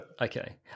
Okay